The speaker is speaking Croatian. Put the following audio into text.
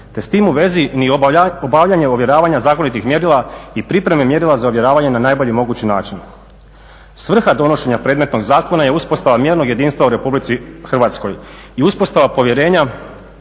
te s tim u vezi ni obavljanje ovjeravanja zakonitih mjerila i pripreme mjerila za ovjeravanje na najbolji mogući način. Svrha donošenja predmetnog zakona je uspostava mjernog jedinstva u Republici Hrvatskoj i uspostava povjerenja